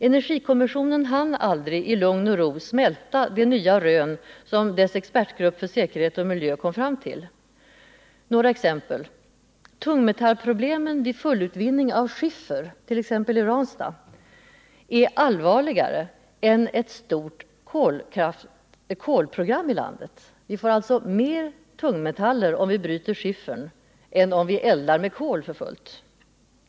Energikommissionen hann inte i lugn och ro smälta de nya rön som dess expertgrupp för säkerhet och miljö kom fram till. Några exempel: Tungmetallproblemen vid fullutvinning av skiffer, t.ex. i Ranstad, är allvarligare än vid ett stort kolprogram i landet. Vi får alltså mer tungmetaller om vi bryter skiffern än om vi eldar med kol för fullt.